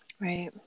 Right